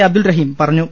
അബ്ദുൾ റഹീം പറഞ്ഞു